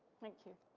thank you.